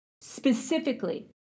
specifically